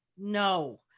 no